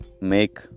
make